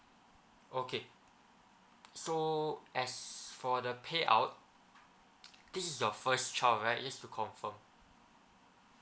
okay so as for the pay out this is your first child right just to confirm